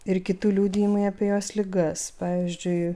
ir kitų liudijimai apie jos ligas pavyzdžiui